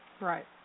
Right